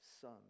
son